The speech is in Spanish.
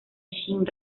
shin